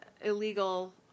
illegal